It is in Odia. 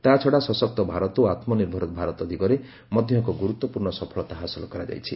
ତା'ଛଡ଼ା ସଶକ୍ତ ଭାରତ ଓ ଆତ୍ମନିର୍ଭର ଭାରତ ଦିଗରେ ମଧ୍ୟ ଏକ ଗୁରୁତ୍ୱପୂର୍ଣ୍ଣ ସଫଳତା ହାସଲ କରାଯାଇଛି